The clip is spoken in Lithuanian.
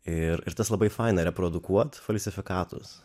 ir ir tas labai faina reprodukuot falsifikatus